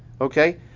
Okay